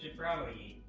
and probably